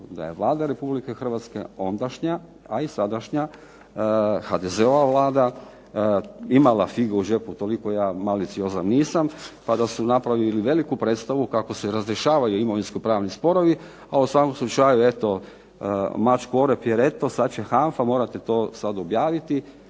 da je Vlada Republike Hrvatske ondašnja a i sadašnja HDZ-ova Vlada imala fige u džepu, toliko ja maliciozan nisam, pa da su napravili veliku predstavu kako se razrješavaju imovinsko-pravni sporovi, a u svakom slučaju eto mačku o rep, jer eto sad će HANFA morati to sad objaviti,